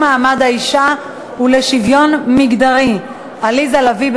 מעמד האישה ולשוויון מגדרי עליזה לביא,